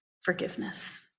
forgiveness